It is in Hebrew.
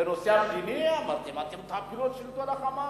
בנושא המדיני אמרתם שאתם תפילו את שלטון ה"חמאס".